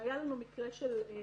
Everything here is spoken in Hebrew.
היה לנו מקרה של מועמד